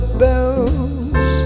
bells